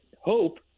hope